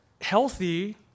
healthy